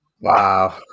Wow